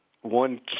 One